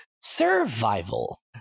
Survival